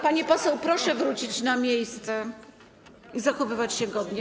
Pani poseł, proszę wrócić na miejsce i zachowywać się godnie.